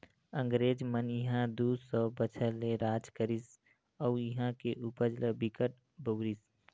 अंगरेज मन इहां दू सौ बछर ले राज करिस अउ इहां के उपज ल बिकट बउरिस